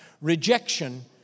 rejection